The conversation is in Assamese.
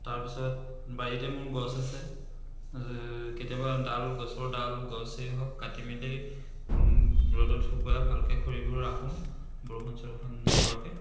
তাৰ পাছত বাৰীতে মোৰ গছ আছে কেতিয়াবা ডাল গছৰ ডাল গছেই হওক কাটি মেলি ৰ'দত শুকুৱা ভালকৈ খৰিবোৰ ৰাখোঁ বৰষুণ চৰষুণ নপৰাকৈ